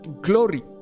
glory